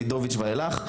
החל מדוידוביץ' ואילך.